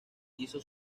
hizo